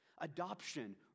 Adoption